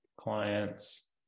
clients